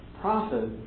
profit